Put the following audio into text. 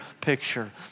picture